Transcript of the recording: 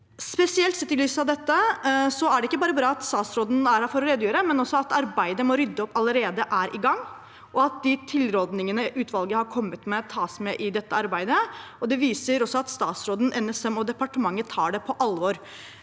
dette er det bra at statsråden er her for å redegjøre, at arbeidet med å rydde opp allerede er i gang, og at de tilrådingene utvalget har kommet med, tas med i dette arbeidet. Det viser at statsråden, NSM og departementet tar det på alvor.